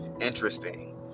interesting